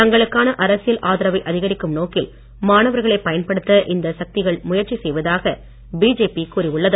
தங்களுக்கான அரசியல் ஆதரவை அதிகரிக்கும் நோக்கில் மாணவர்களை பயன்படுத்த இந்த சக்திகள் முயற்சி செய்வதாக பிஜேபி கூறியுள்ளது